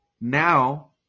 now